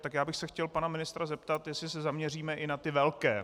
Tak já bych se chtěl pana ministra zeptat, jestli se zaměříme i na ty velké.